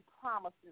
promises